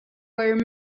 were